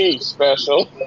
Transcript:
special